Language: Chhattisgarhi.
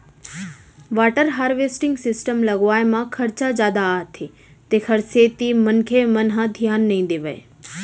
वाटर हारवेस्टिंग सिस्टम लगवाए म खरचा जादा आथे तेखर सेती मनखे मन ह धियान नइ देवय